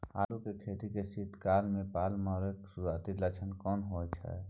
आलू के खेती में शीत काल में पाला मारै के सुरूआती लक्षण केना होय छै?